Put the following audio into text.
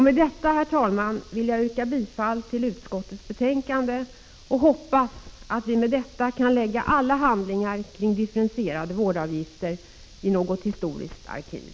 Med detta, herr talman, vill jag yrka bifall till utskottets hemställan och hoppas att vi härmed kan lägga alla handlingar om differentierade vårdavgifter i något historiskt arkiv.